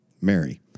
Mary